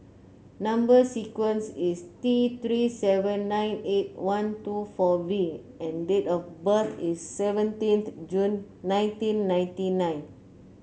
number sequence is T Three seven nine eight one two four V and date of birth is seventeenth June nineteen ninety nine